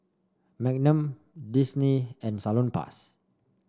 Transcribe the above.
Magnum Disney and Salonpas